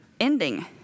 ending